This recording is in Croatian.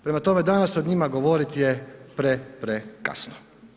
Prema tome, danas o njima govoriti je pre, pre kasno.